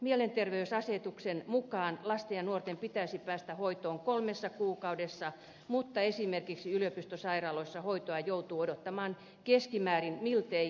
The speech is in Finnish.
mielenterveysasetuksen mukaan lasten ja nuorten pitäisi päästä hoitoon kolmessa kuukaudessa mutta esimerkiksi yliopistosairaaloissa hoitoa joutuu odottamaan keskimäärin miltei puoli vuotta